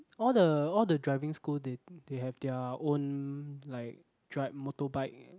all the all the driving school they they have their own like dri~ motorbike